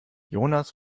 jonas